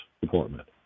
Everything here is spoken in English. department